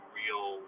real